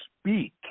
speak